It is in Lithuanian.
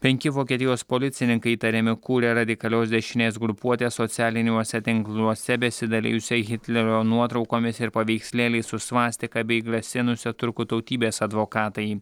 penki vokietijos policininkai įtariami kūrę radikalios dešinės grupuotės socialiniuose tinkluose besidalijusia hitlerio nuotraukomis ir paveikslėliais su svastika bei grasinusia turkų tautybės advokatai